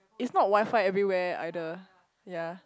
it's not WiFi everywhere either ya